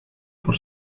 por